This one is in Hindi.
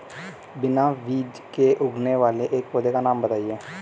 बिना बीज के उगने वाले एक पौधे का नाम बताइए